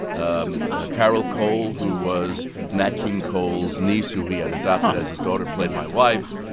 um carole cole, who was nat king cole's niece who he had adopted as his daughter, played my wife.